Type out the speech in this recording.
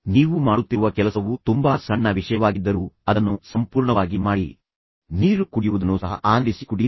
ನೀವು ಮಾಡುತ್ತಿರುವ ಕೆಲಸವು ತುಂಬಾ ಸಣ್ಣ ವಿಷಯವಾಗಿದ್ದರೂ ಅದನ್ನು ಸಂಪೂರ್ಣವಾಗಿ ಮಾಡಿ ನೀರು ಕುಡಿಯುವುದನ್ನು ಸಹ ಆನಂದಿಸಿ ಕುಡಿಯಿರಿ